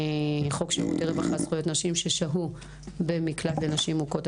חוק שירותי רווחה (זכויות נשים ששהו במקלט לנשים מוכות),